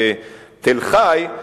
בתל-חי,